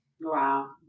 Wow